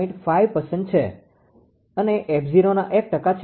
5 છે અને 𝑓0ના 1 ટકા છે